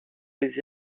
les